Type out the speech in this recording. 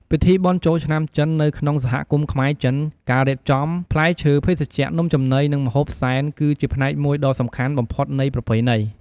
ពិធីបុណ្យចូលឆ្នាំចិននៅក្នុងសហគមន៍ខ្មែរ-ចិន ការរៀបចំ ផ្លែឈើ ភេសជ្ជៈ នំចំណី និងម្ហូបសែន គឺជាផ្នែកមួយដ៏សំខាន់បំផុតនៃប្រពៃណី។